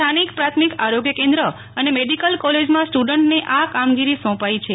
સ્થાનિક પ્રાથમિક આરોગ્ય કેન્દ્ર અને મેડિકલ કોલેજમાં સ્ટુડન્ટને આ કામગીરી સોંપાઇ છે